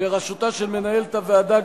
בראשותה של מנהלת הוועדה,